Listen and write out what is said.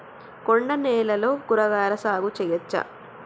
కొండ నేలల్లో కూరగాయల సాగు చేయచ్చా?